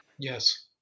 Yes